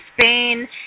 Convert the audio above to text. Spain